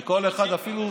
וכל אחד כאן,